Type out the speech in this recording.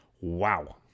Wow